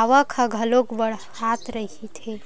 आवक ह घलोक बड़ाथ रहीथे